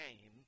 came